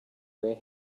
gray